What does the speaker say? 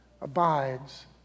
abides